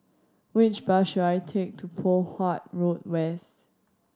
which bus should I take to Poh Huat Road West